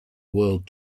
world